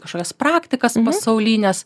kažkažokias praktikas pasaulines